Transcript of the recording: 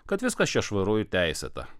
kad viskas čia švaru ir teisėta